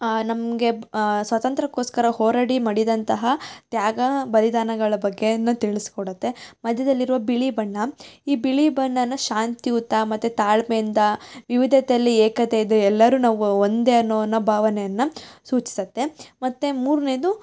ನಮಗೆ ಸ್ವಾತಂತ್ರ್ಯಕ್ಕೋಸ್ಕರ ಹೋರಾಡಿ ಮಡಿದಂತಹ ತ್ಯಾಗ ಬಲಿದಾನಗಳ ಬಗೆಯನ್ನೂ ತಿಳಿಸ್ಕೊಡುತ್ತೆ ಮಧ್ಯದಲ್ಲಿರುವ ಬಿಳಿ ಬಣ್ಣ ಈ ಬಿಳಿ ಬಣ್ಣನ ಶಾಂತಿಯುತ ಮತ್ತು ತಾಳ್ಮೆಯಿಂದ ವಿವಿಧತೆಯಲ್ಲಿ ಏಕತೆ ಇದು ಎಲ್ಲರೂ ನಾವು ಒಂದೇ ಅನ್ನೋವನ್ನ ಭಾವನೆಯನ್ನು ಸೂಚಿಸುತ್ತೆ ಮತ್ತು ಮೂರ್ನೇದು